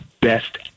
best